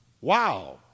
Wow